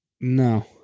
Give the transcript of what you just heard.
No